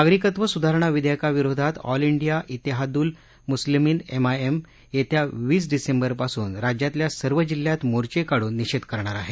नागरिकत्व सुधारणा विधेयकाविरोधात all India Ittehadul Muslimeen MIM येत्या वीस डिसेंबरपासून राज्यातल्या सर्व जिल्ह्यात मोर्वे काढून निषेध करणार आहे